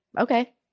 okay